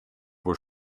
wohl